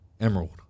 Emerald